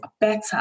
better